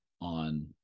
on